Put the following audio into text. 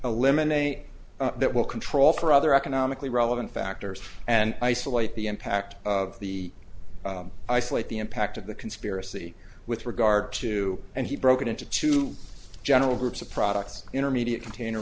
eliminate that will control for other economically relevant factors and isolate the impact of the isolate the impact of the conspiracy with regard to and he broke it into two general groups of products intermediate container